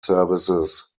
services